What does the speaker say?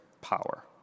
power